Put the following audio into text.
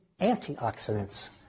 antioxidants